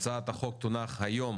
הצעת החוק תונח היום